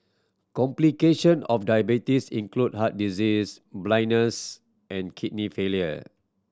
complication of diabetes include heart disease blindness and kidney failure